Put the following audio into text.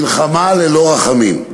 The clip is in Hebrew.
מלחמה ללא רחמים.